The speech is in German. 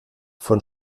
von